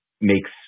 makes